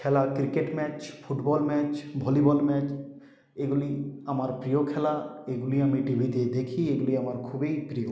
খেলা cricket match football match volleyball match এগুলি আমার প্রিয় খেলা এগুলি আমি টিভিতে দেখি এগুলি আমার খুবই প্রিয়